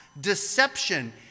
deception